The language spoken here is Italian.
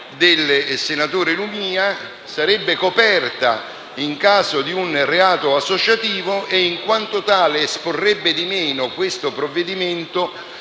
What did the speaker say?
*in re ipsa* coperta in caso di un reato associativo e, in quanto tale, esporrebbe di meno questo provvedimento